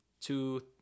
Two